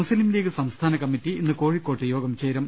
മുസ്ലിം ലീഗ് സംസ്ഥാന കമ്മിറ്റി ഇന്ന് കോഴിക്കോട്ട് യോഗം ചേരും